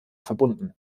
verbunden